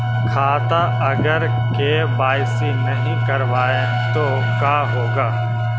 खाता अगर के.वाई.सी नही करबाए तो का होगा?